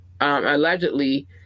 allegedly